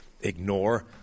ignore